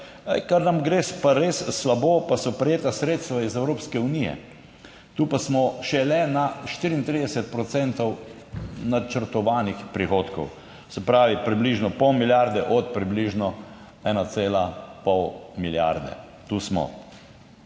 Kar nam gre pa res slabo, pa so prejeta sredstva iz Evropske unije. Tu pa smo šele na 34 procentov načrtovanih prihodkov. Se pravi, približno pol milijarde od približno ena cela pol milijarde. Tu smo.